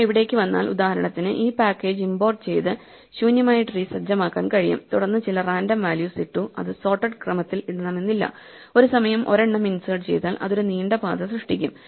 നാം ഇവിടേയ്ക്ക് വന്നാൽ ഉദാഹരണത്തിന് ഈ പാക്കേജ് ഇമ്പോർട്ട് ചെയ്ത് ശൂന്യമായ ട്രീ സജ്ജമാക്കാൻ കഴിയും തുടർന്ന് ചില റാൻഡം വാല്യൂസ് ഇട്ടു അത് സൊർട്ടേഡ് ക്രമത്തിൽ ഇടണമെന്നില്ല ഒരു സമയം ഒരെണ്ണം ഇൻസേർട്ട് ചെയ്താൽ അത് ഒരു നീണ്ട പാത സൃഷ്ടിക്കും